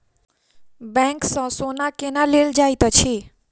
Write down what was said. bank सँ सोना केना लेल जाइत अछि